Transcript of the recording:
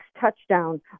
touchdown